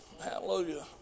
hallelujah